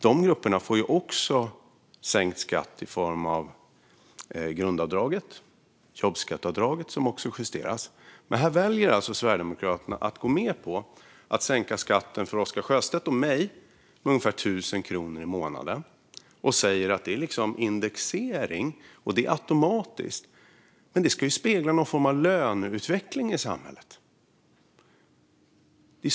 De grupperna får ju också sänkt skatt i form av grundavdraget och jobbskatteavdraget, som också justeras. Men Sverigedemokraterna väljer alltså att gå med på att sänka skatten för Oscar Sjöstedt och mig med ungefär 1 000 kronor i månaden och säga att det är indexering och sker automatiskt. Men detta ska ju spegla någon form av löneutveckling i samhället.